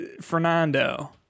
Fernando